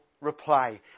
reply